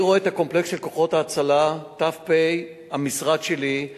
אני רואה את הקומפלקס של כוחות ההצלה ת"פ המשרד שלי,